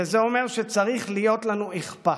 זה אומר שצריך להיות לנו אכפת.